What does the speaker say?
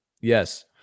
yes